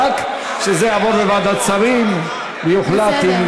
רק שזה יעבור לוועדת שרים ויוחלט.